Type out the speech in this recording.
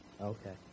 Okay